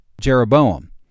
Jeroboam